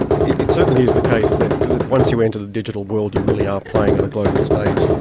it it certainly is the case that that once you enter the digital world you really are playing on a global stage.